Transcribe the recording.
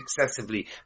excessively